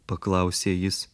paklausė jis